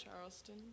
Charleston